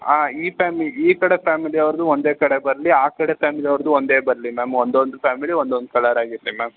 ಹಾಂ ಈ ಫ್ಯಾಮ್ಲಿ ಈ ಕಡೆ ಫ್ಯಾಮಿಲಿ ಅವ್ರದ್ದು ಒಂದೇ ಕಡೆ ಬರಲಿ ಆ ಕಡೆ ಫ್ಯಾಮಿಲಿ ಅವ್ರದ್ದು ಒಂದೇ ಬರಲಿ ಮ್ಯಾಮ್ ಒಂದು ದೊಡ್ಡ ಫ್ಯಾಮ್ಲಿ ಒಂದೊಂದು ಕಲರ್ ಆಗಿರಲಿ ಮ್ಯಾಮ್